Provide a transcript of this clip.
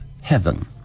heaven